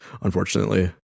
unfortunately